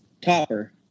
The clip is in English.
Topper